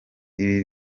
ibi